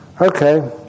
Okay